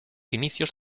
inicios